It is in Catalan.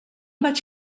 vaig